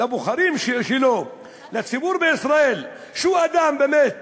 לבוחרים שלו, לציבור בישראל, שהוא אדם שבאמת